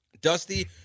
Dusty